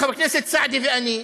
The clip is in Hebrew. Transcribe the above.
חבר הכנסת סעדי ואני,